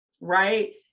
right